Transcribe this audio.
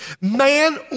Man